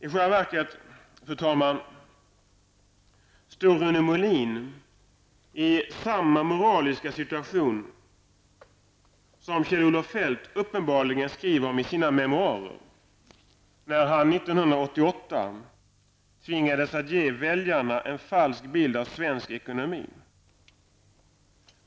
I själva verket, fru talman, befinner sig Rune Molin i samma moraliska situation som Kjell-Olof Feldt enligt vad han skriver i sina memoarer uppenbarligen gjorde när han 1988 tvingades att ge väljarna en falsk bild av svensk ekonomi.